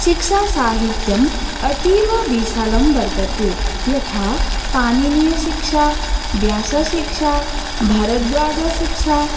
शिक्षासाहित्यम् अतीवविशालं वर्तते यथा पाणिनीयशिक्षा व्यासशिक्षा भारद्वाजशिक्षा